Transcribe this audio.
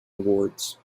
awards